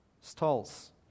stalls